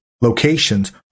locations